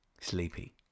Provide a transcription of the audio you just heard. sleepy